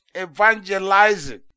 evangelizing